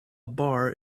bar